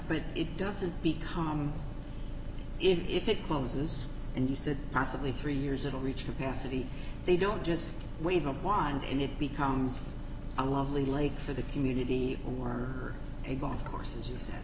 put it doesn't become if it closes and use it possibly three years it'll reach capacity they don't just wave a wand and it becomes a lovely lake for the community or a golf courses that